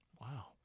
Wow